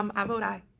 um i vote aye.